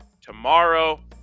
tomorrow